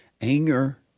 Anger